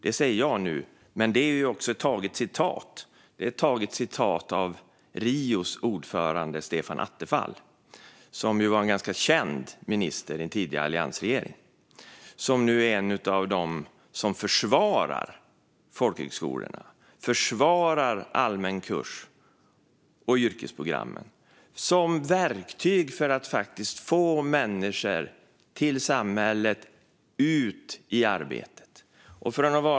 Detta säger jag här och nu, men det är också RIO:s ordförande Stefan Attefalls ord. Han var ju en ganska känd minister i en tidigare alliansregering och är nu en av dem som försvarar folkhögskolornas allmänna kurser och yrkesprogram som verktyg för att få människor in i samhället och ut i arbete.